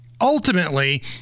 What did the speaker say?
ultimately